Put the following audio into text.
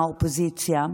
לפחות חלקים מהאופוזיציה.